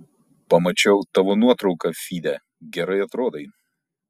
pamačiau tavo nuotrauką fyde gerai atrodai